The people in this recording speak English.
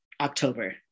October